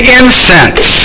incense